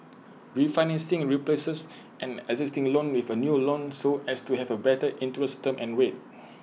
refinancing replaces an existing loan with A new loan so as to have A better interest term and rate